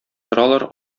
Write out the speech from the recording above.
торалар